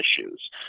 issues